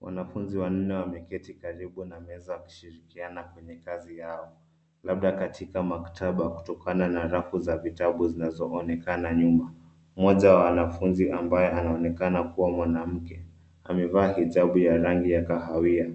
Wanafunzi wanne wameketi karibu na meza wakishirikiana kwenye kazi yao. Labda katika maktaba kutokana na rafu za vitabu zinazoonekana nyuma. Mmoja wa wanafunzi ambaye anaonekana kuwa mwanamke, amevaa hijabu ya rangi ya kahawia.